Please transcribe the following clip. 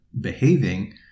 behaving